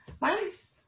mine's